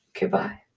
Goodbye